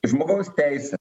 žmogaus teise